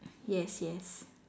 yes yes